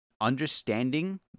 Understanding